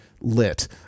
lit